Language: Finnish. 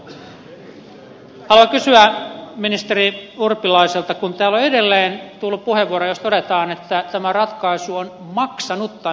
haluan kysyä ministeri urpilaiselta kun täällä on edelleen tullut puheenvuoroja joissa todetaan että tämä ratkaisu on maksanut tai maksaa suomelle